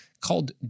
called